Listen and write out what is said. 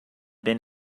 been